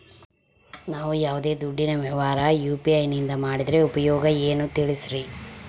ನಾವು ಯಾವ್ದೇ ದುಡ್ಡಿನ ವ್ಯವಹಾರ ಯು.ಪಿ.ಐ ನಿಂದ ಮಾಡಿದ್ರೆ ಉಪಯೋಗ ಏನು ತಿಳಿಸ್ರಿ?